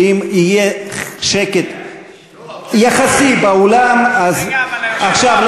ואם יהיה שקט יחסי באולם אז,